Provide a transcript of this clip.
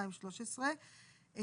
מהשנה השישית ואילך,